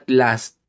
last